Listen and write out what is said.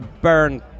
burn